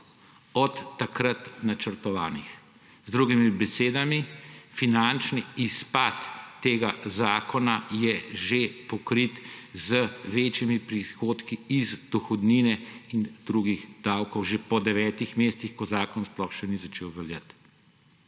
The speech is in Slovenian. od takrat načrtovanih. Z drugimi besedami, finančni izpad tega zakona je že pokrit z večjimi prihodki iz dohodnine in drugih davkov že po devetih mesecih, ko zakon sploh še ni začel veljati.